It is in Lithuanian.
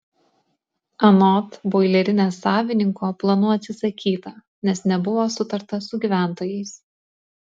anot boilerinės savininko planų atsisakyta nes nebuvo sutarta su gyventojais